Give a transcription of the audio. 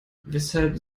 weshalb